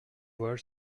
voile